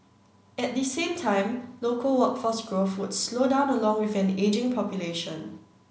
at the same time local workforce growth would slow down along with an ageing population